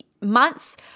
months